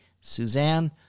Suzanne